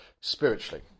spiritually